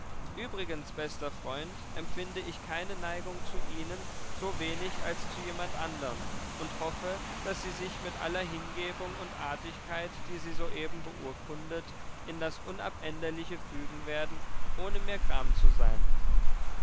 übrigens bester freund empfinde ich keine neigung zu ihnen so wenig als zu jemand anderm und hoffe daß sie sich mit aller hingebung und artigkeit die sie soeben beurkundet in das unabänderliche fügen werden ohne mir gram zu sein